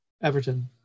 Everton